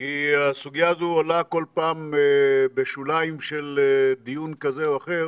כי הסוגיה הזו עולה כל פעם בשוליים של דיון כזה או אחר